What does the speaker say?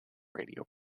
radio